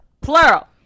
plural